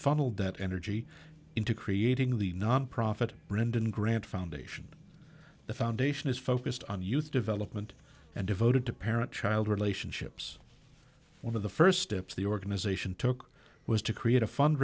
funneled that energy into creating the nonprofit brandon grant foundation the foundation is focused on youth development and devoted to parent child relationships one of the first steps the organization took was to create a fund